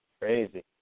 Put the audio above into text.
crazy